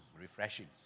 refreshing